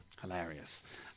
Hilarious